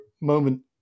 moment